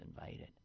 invited